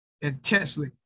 intensely